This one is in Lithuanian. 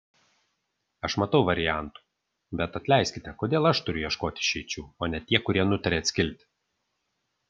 aš matau variantų bet atleiskite kodėl aš turiu ieškoti išeičių o ne tie kurie nutarė atskilti